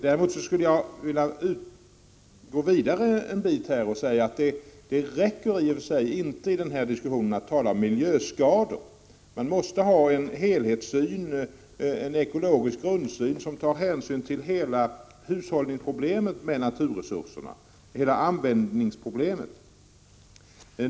Jag skulle emellertid vilja gå litet längre i resonemanget och säga att det inte är tillräckligt att endast tala om miljöskador. Man måste också ha en helhetssyn, en ekologisk grundsyn. Man måste alltså ta hänsyn till hela problemet med att hushålla med naturresurserna.